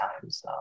times